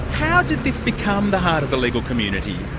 how did this became the heart of the legal community?